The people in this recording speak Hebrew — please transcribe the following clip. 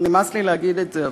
כבר נמאס לי להגיד את זה,